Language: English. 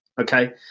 Okay